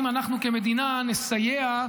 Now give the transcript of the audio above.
אם אנחנו כמדינה נסייע,